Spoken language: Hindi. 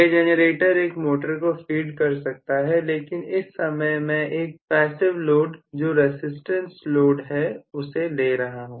यह जनरेटर एक मोटर को फीड कर सकता है लेकिन इस समय मैं एक पैसिव लोड जो रसिस्टेंस लोड है उसे ले रहा हूं